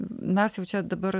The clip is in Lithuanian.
mes jau čia dabar